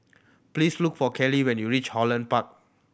please look for Kelli when you reach Holland Park